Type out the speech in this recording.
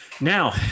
Now